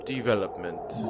development